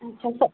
अच्छा तो